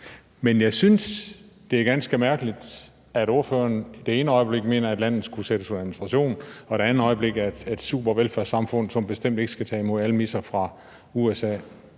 Men jeg synes, det er ganske mærkeligt, at ordføreren det ene øjeblik mener, at landet skulle sættes under administration, og det andet øjeblik, at det er et super velfærdssamfund, som bestemt ikke skal tage imod almisser fra USA.